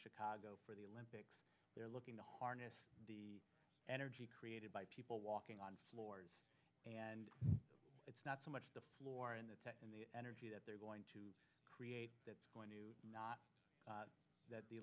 chicago for the olympics they're looking to harness the energy created by people walking on floors and it's not so much the floor in the in the energy that they're going to create that's going to